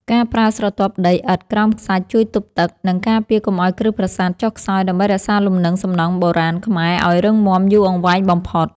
ការប្រើស្រទាប់ដីឥដ្ឋក្រោមខ្សាច់ជួយទប់ទឹក និង ការពារកុំឱ្យគ្រឹះប្រាសាទចុះខ្សោយដើម្បីរក្សាលំនឹងសំណង់បុរាណខ្មែរឱ្យរឹងមាំយូរអង្វែងបំផុត។